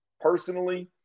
personally